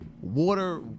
water